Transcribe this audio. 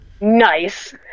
Nice